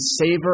savor